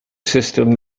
system